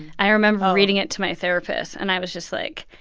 i remember reading it to my therapist, and i was just like,